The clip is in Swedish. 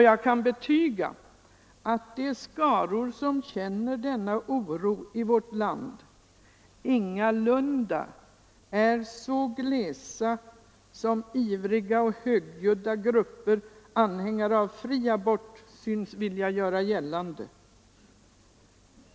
Jag kan betyga att de skaror som känner denna oro i vårt land ingalunda är så glesa som ivriga och högljudda grupper anhängare av fri abort syns vilja göra gällande.